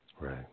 Right